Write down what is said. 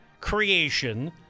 creation